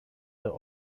der